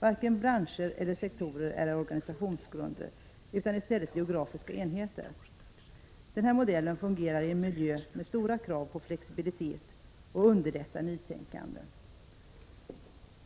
Varken branscher eller sektorer är organisationsgrunder utan i stället geografiska enheter. Den här modellen fungerar i en miljö med stora krav på flexibilitet och underlättar nytänkande.